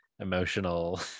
emotional